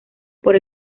por